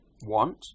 want